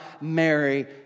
Mary